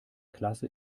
klasse